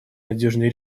надежные